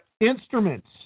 Instruments